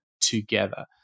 together